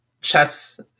chess